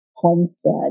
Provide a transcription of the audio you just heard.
Homestead